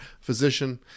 physician